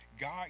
God